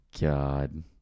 God